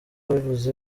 bivuze